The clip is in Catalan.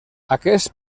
aquests